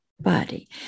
body